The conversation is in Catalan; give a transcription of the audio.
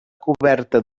coberta